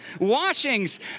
Washings